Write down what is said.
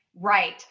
Right